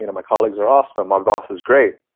you know my colleagues are awesome. my boss is great.